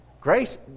grace